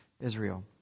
Israel